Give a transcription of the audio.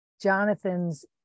jonathan's